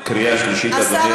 קריאה שלישית, חבר הכנסת חזן.